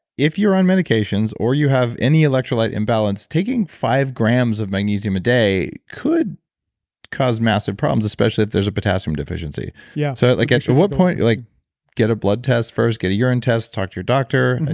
if you're on medications, or you have any electrolyte imbalance, taking five grams of magnesium a day could cause massive problems, especially if there's a potassium deficiency. yeah so like actual what point. like get a blood test first, get a urine test, talk to your doctor. and and